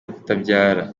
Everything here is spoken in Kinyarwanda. kutabyara